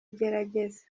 gerageza